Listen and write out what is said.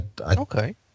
okay